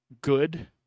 good